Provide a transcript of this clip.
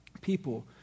People